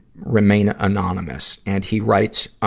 remain ah anonymous. and he writes, ah,